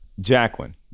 Jacqueline